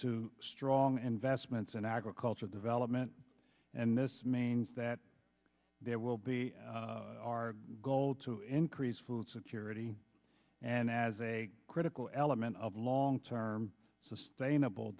to strong and vestments and agricultural development and this maine's that there will be our goal to increase food security and as a critical element of long term sustainable